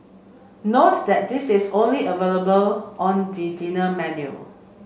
note that this is only available on the dinner menu